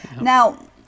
Now